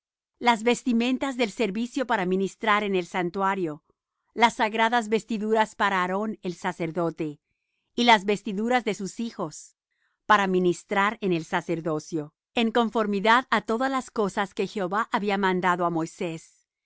las vestimentas del servicio para ministrar en el santuario las sagradas vestiduras para aarón el sacerdote y las vestiduras de sus hijos para ministrar en el sacerdocio en conformidad á todas las cosas que jehová había mandado á moisés